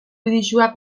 bideoa